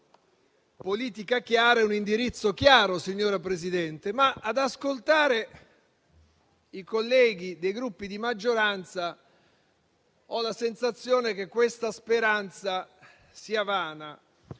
politica e un indirizzo chiari, ma ad ascoltare i colleghi dei Gruppi di maggioranza ho la sensazione che questa speranza sia vana.